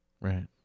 Right